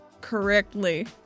correctly